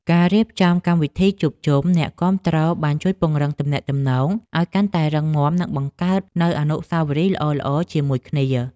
ការរៀបចំកម្មវិធីជួបជុំអ្នកគាំទ្របានជួយពង្រឹងទំនាក់ទំនងឱ្យកាន់តែរឹងមាំនិងបង្កើតនូវអនុស្សាវរីយ៍ល្អៗជាមួយគ្នា។